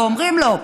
ואומרים לו: